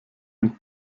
den